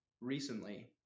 recently